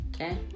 Okay